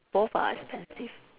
both are expensive